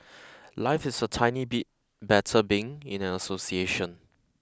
life is a tiny bit better being in an association